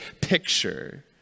picture